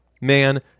man